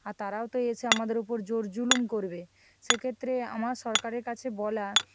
আর তারাও তো এসে আমাদের ওপর জোর জুলুম করবে সেক্ষেত্রে আমার সরকারের কাছে বলা